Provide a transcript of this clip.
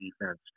defense